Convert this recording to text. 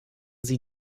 sie